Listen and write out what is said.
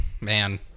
Man